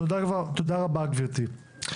תודה רבה גברתי.